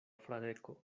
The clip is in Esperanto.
fradeko